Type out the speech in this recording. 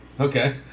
Okay